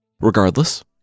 Regardless